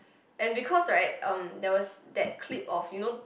and because right um that was that clip of you know